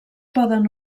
poden